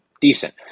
decent